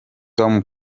tom